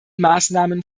maßnahmen